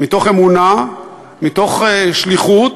מתוך אמונה, מתוך שליחות,